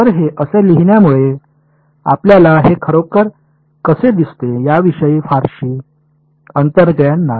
तर हे असे लिहिण्यामुळे आपल्याला हे खरोखर कसे दिसते याविषयी फारशी अंतर्ज्ञान नाही